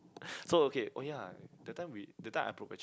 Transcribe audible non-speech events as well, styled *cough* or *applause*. *breath* so okay oh yah that time we that time I broke a chair